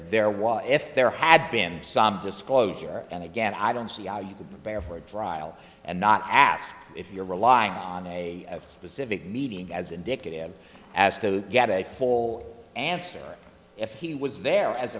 there was if there had been some disclosure and again i don't see how you could bear for drywall and not ask if you're relying on a specific meeting as indicative as to get a whole answer if he was there as